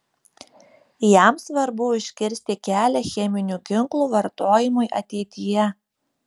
jam svarbu užkirsti kelią cheminių ginklų vartojimui ateityje